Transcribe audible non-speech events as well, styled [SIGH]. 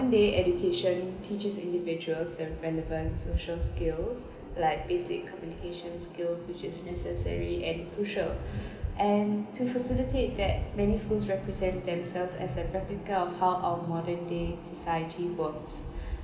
day education teaches individual some relevant social skills like basic communication skills which is necessary at crucial [BREATH] and to facilitate that many schools represent themselves as a replica of how our modern day society works